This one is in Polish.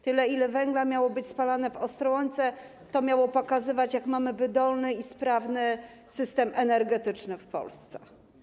To, ile węgla miało być spalane w Ostrołęce, miało pokazywać, jak mamy wydolny i sprawny system energetyczny w Polsce.